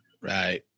Right